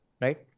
right